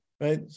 right